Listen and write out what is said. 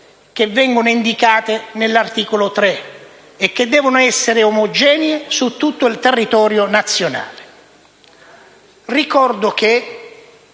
che vengono indicate nell'articolo 3 e devono essere omogenee su tutto il territorio nazionale. Ricordo che,